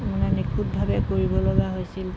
মানে নিখুঁতভাৱে কৰিবলগা হৈছিল